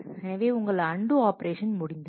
எனவே உங்கள் undo operation முடிந்தது